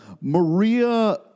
Maria